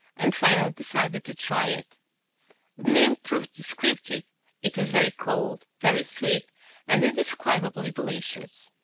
and finally decided to try it. the name proved descriptive it was very cold, very sweet and indescribably delicious.